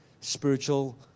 spiritual